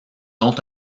ont